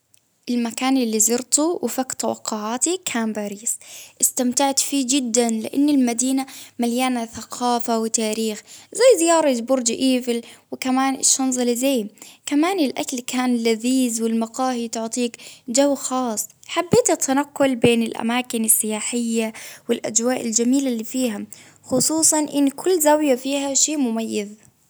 المكان اللي زرته وفاق توقعاتي كان باريس، إستمتعت فيه جدا لإن المدينة مليانة ثقافة وتاريخ زي زيارة برج إيفل، وكمان الشانزليزية، كمان الأكل كان لذيذ، والمقاهي تعطيك جو خاص. حبيت التنقل بين الأماكن السياحية الأجواء الجميلة اللي فيها، خصوصا إن كل زاوية فيها شيء مميز.